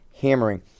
hammering